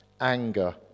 anger